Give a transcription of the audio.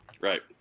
Right